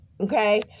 Okay